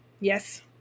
yes